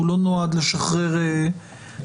הוא לא נועד לשחרר קיטור,